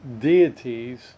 deities